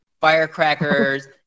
firecrackers